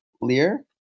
lear